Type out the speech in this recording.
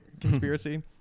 conspiracy